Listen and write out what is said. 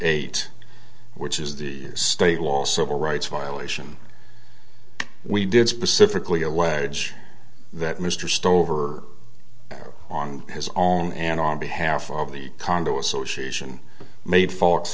eight which is the state law civil rights violation we did specifically a way that mr stover on his own and on behalf of the condo association made f